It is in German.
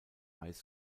high